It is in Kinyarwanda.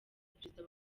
perezida